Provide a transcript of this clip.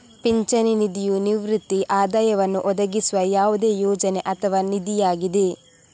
ಪಿಂಚಣಿ ನಿಧಿಯು ನಿವೃತ್ತಿ ಆದಾಯವನ್ನು ಒದಗಿಸುವ ಯಾವುದೇ ಯೋಜನೆ ಅಥವಾ ನಿಧಿಯಾಗಿದೆ